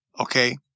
Okay